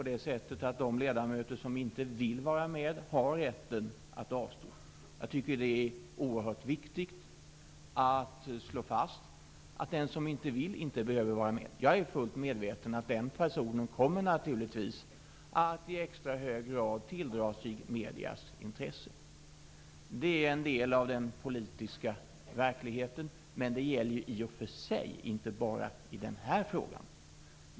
De ledamöter som inte vill vara med har ju rätten att avstå. Det är oerhört viktigt att slå fast att den som inte vill inte behöver vara med. Jag är fullt medveten om att den personen naturligtvis i extra hög grad kommer att tilldra sig mediernas intresse. Det är en del av den politiska verkligheten, men det gäller i och för sig inte bara i den här frågan.